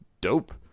Dope